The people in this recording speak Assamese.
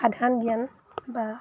সাধাৰণ জ্ঞান বা